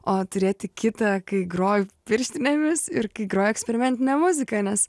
o turėti kitą kai groju pirštinėmis ir kai groju eksperimentinę muziką nes